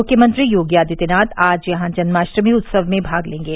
मुख्यमंत्री योगी आदित्यनाथ आज यहां जन्माष्टमी उत्सव में भाग लेंगे